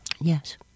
Yes